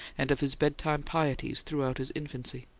and of his bedtime pieties throughout his infancy.